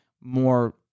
more